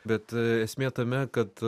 bet esmė tame kad